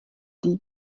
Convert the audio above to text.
die